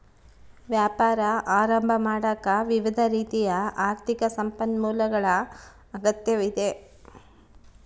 ವ್ಯಾಪಾರ ಆರಂಭ ಮಾಡಾಕ ವಿವಿಧ ರೀತಿಯ ಆರ್ಥಿಕ ಸಂಪನ್ಮೂಲಗಳ ಅಗತ್ಯವಿದೆ